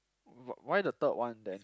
wh~ why the third one then